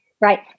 Right